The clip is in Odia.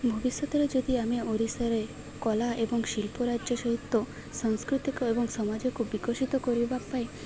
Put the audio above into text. ଭବିଷ୍ୟତରେ ଯଦି ଆମେ ଓଡ଼ିଶାରେ କଳା ଏବଂ ଶିଳ୍ପ ରାଜ୍ୟ ସହିତ ସାଂସ୍କୃତିକ ଏବଂ ସମାଜକୁ ବିକଶିତ କରିବା ପାଇଁ